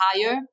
higher